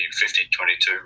50-22